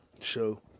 show